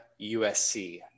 USC